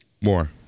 More